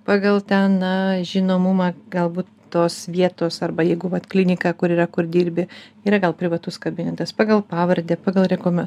pagal ten na žinomumą galbūt tos vietos arba jeigu vat klinika kur yra kur dirbi yra gal privatus kabinetas pagal pavardę pagal rinkome